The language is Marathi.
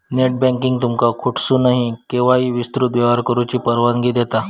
नेटबँकिंग तुमका कुठसूनही, केव्हाही विस्तृत व्यवहार करुची परवानगी देता